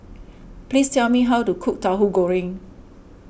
please tell me how to cook Tahu Goreng